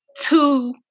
two